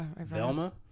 Velma